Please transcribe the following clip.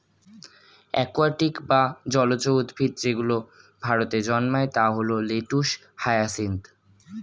aquatic বা জলজ উদ্ভিদ যেগুলো ভারতে জন্মায় তা হল লেটুস, হায়াসিন্থ